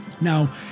Now